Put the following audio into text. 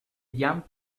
llamp